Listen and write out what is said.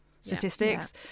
statistics